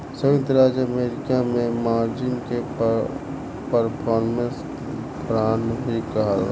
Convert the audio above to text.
संयुक्त राज्य अमेरिका में मार्जिन के परफॉर्मेंस बांड भी कहाला